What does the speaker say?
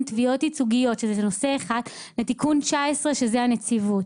תביעות ייצוגיות שזה נושא אחד לבין תיקון 19 שזאת הנציבות.